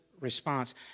response